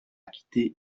quitté